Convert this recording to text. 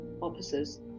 officers